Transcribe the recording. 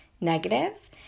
negative